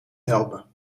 helpen